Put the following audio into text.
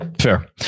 Fair